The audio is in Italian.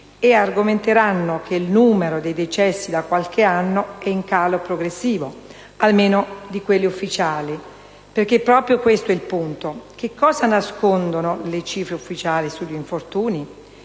E argomenteranno che il numero dei decessi da qualche anno è in calo progressivo, almeno, di quelli ufficiali, perché proprio questo è il punto: che cosa nascondono le cifre ufficiali sugli infortuni?»